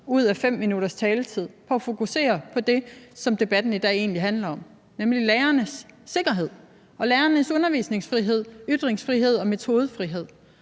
ud af 5 minutters taletid på at fokusere på det, som debatten i dag egentlig handler om, nemlig lærernes sikkerhed og lærernes undervisningsfrihed, ytringsfrihed og metodefrihed.